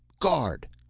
guard!